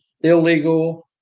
illegal